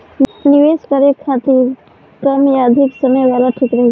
निवेश करें के खातिर कम या अधिक समय वाला ठीक रही?